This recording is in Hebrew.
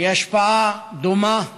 היא השפעה דומה,